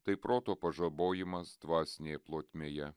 tai proto pažabojimas dvasinėje plotmėje